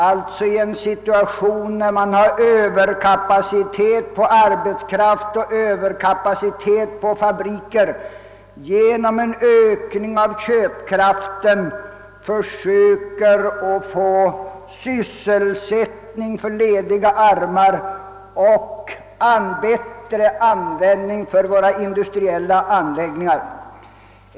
I en situation när man har överkapacitet på arbetskraft och fabriker bör man alltså genom en ökning av köpkraften försöka få sysselsättning för lediga armar och bättre användning för våra industriella anläggningar.